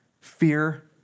Fear